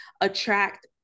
attract